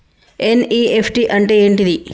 NEFT అంటే ఏంటిది?